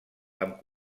amb